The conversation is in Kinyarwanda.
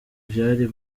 vyari